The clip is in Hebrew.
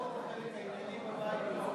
או לפחות את החלק העיקרי בבית,